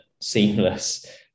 seamless